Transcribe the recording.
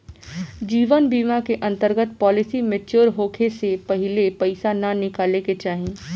जीवन बीमा के अंतर्गत पॉलिसी मैच्योर होखे से पहिले पईसा ना निकाले के चाही